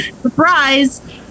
Surprise